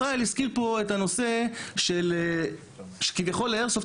ישראל הזכיר פה את הנושא שכביכול לאיירסופט